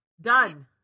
Done